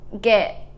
get